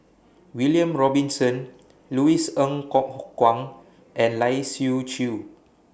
William Robinson Louis Ng Kok Kwang and Lai Siu Chiu